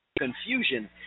confusion